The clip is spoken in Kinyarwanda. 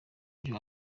ibyo